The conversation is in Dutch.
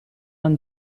een